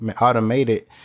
automated